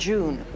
June